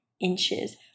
inches